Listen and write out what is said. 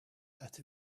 that